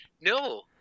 no